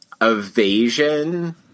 evasion